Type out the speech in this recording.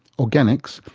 organics,